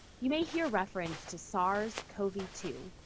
you may hear reference to sars cov two,